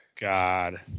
God